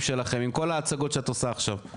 שלכם עם כל ההצגות שאת עושה עכשיו.